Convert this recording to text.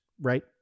right